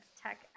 tech